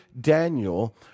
Daniel